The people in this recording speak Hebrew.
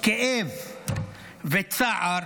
כאב וצער,